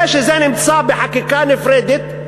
זה שזה נמצא בחקיקה נפרדת,